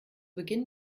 beginn